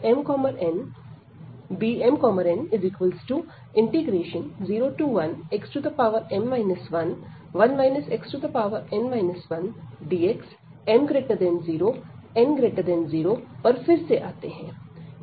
हम इस पहले integral Bmn01xm 11 xn 1dx m0n0 पर फिर से आते हैं